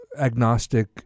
agnostic